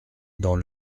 dans